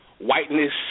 whiteness